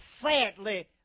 sadly